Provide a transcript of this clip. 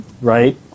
Right